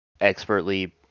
expertly